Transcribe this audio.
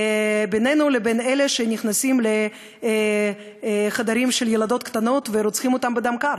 בינינו לבין אלה שנכנסים לחדרים של ילדות קטנות ורוצחים אותן בדם קר.